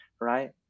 right